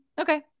Okay